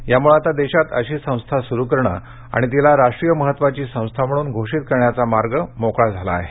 यामुळे आता देशात अशी संस्था सुरू करणं आणि तिला राष्ट्रीय महत्त्वाची संस्था म्हणून घोषित करण्याचा मार्ग मोकळा झाला आहे